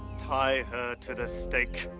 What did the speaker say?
tie her to the stake.